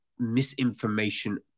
Misinformation